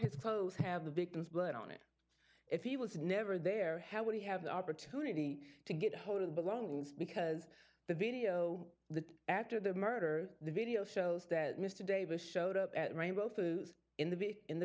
his clothes have the big blood on it if he was never there how would he have the opportunity to get hold of belongings because the video the after the murder the video shows that mr davis showed up at rainbow threw in the